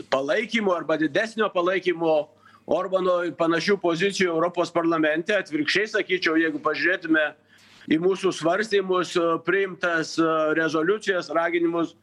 palaikymo arba didesnio palaikymo orbanui panašių pozicijų europos parlamente atvirkščiai sakyčiau jeigu pažiūrėtume į mūsų svarstymus priimtas rezoliucijas raginimus